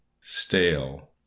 Stale